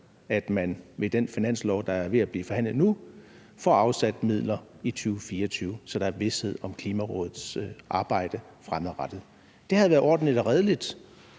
at man med den finanslov, der er ved at blive forhandlet nu, får afsat midler i 2024, så der er vished om Klimarådets arbejde fremadrettet. Det havde været ordentligt og redeligt,